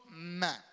man